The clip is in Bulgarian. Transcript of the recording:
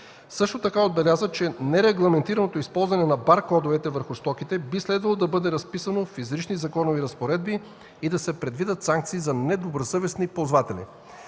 Също така отбеляза, че нерегламентираното използване на баркодовете върху стоките би следвало да бъде разписано в изрични законови разпоредби и да се предвидят санкции за недобросъвестни ползватели.